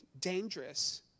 dangerous